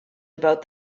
about